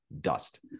dust